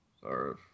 Sorry